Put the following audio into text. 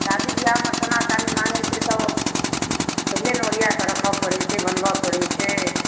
शादी ब्याहमे सोना चानी माङ्गै छै तऽ पहिले ने ओरिआके राखय पड़ै छै बनबय पड़ै छै